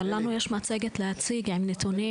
אבל מסתבר שלא מביאים את הילדים למעונות,